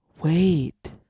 Wait